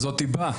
זאת דיבה.